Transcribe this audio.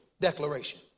declaration